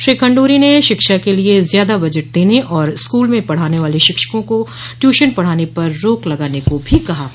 श्री खंड्री ने शिक्षा के लिए ज्यादा बजट देने और स्कूल में पढाने वाले शिक्षकों के ट्यूशन पढाने पर रोक लगाने को भी कहा है